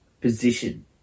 position